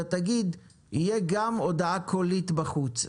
אתה תגיד שתהיה גם הודעה קולית בחוץ.